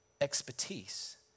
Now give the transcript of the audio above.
expertise